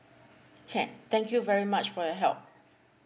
can thank you very much for your help